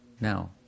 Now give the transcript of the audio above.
now